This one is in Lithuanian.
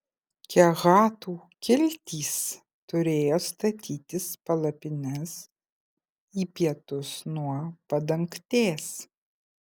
kehatų kiltys turėjo statytis palapines į pietus nuo padangtės